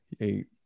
eight